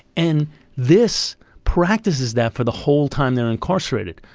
and this practice is that for the whole time they are incarcerated.